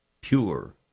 pure